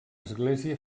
església